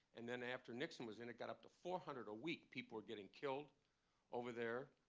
and then after nixon was in it got up to four hundred a week. people were getting killed over there.